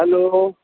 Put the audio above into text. hello